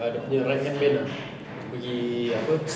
ah dia punya right hand man ah pergi apa